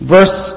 Verse